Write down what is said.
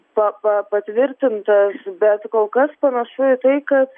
pa pa patvirtintas bet kol kas panašu į tai kad